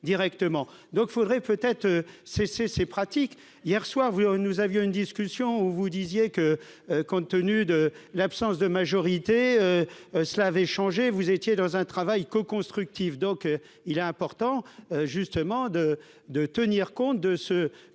donc il faudrait peut-être cesser ces pratiques, hier soir, vous nous avions une discussion où vous disiez que compte tenu de l'absence de majorité, cela avait changé, vous étiez dans un travail co-constructif, donc il est important justement de de tenir compte de ce